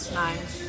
nine